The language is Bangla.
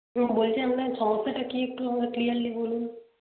হুম বলছেন সমস্যাটা কী একটু আমায় ক্লিয়ারলি বলুন